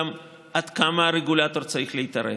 עד כמה הרגולטור צריך להתערב.